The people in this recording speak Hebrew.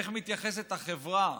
איך מתייחסת החברה,